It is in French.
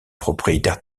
propriétaire